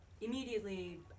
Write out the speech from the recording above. immediately